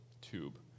tube